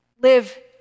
live